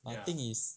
but thing is